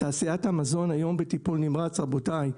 תעשיית המזון היום בטיפול נמרץ רבותיי,